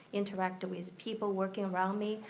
interact with people working around me.